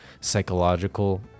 psychological